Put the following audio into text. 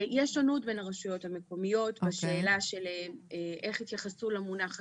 יש שונות בין הרשויות המקומיות בשאלה שאיך התייחסו למונח "הצהרה".